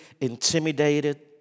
intimidated